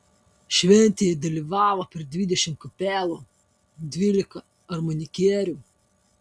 šventėje dalyvavo per dvidešimt kapelų dvylika armonikierių